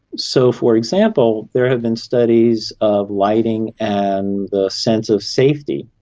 so, for example, there have been studies of lighting and the sense of safety.